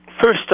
first